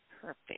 Perfect